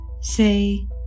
Say